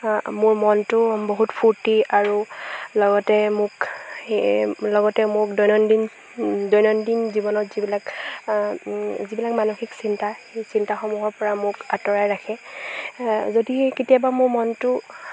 মোৰ মনটো বহুত ফূৰ্তি আৰু লগতে মোক লগতে মোক দৈনন্দিন দৈনন্দিন জীৱনত যিবিলাক যিবিলাক মানসিক চিন্তা সেই চিন্তাসমূহৰপৰা মোক আঁতৰাই ৰাখে যদি কেতিয়াবা মোৰ মনটো